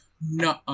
no